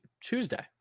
tuesday